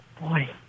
boy